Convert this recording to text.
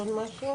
יש עוד משהו?